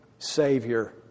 Savior